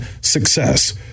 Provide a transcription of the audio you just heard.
success